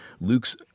Luke's